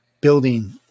building